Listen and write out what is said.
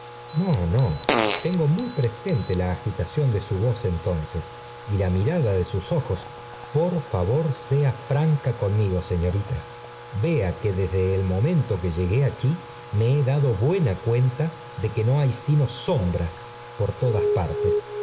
no no tengo muy presente la agitación de su voz entonces y la mirada de sus ojos por favor por favor sea franca conmigo señorita vea que desde el momento que llegué aquí me e dado buena pilen ta de que no hay sino sombras por todas partes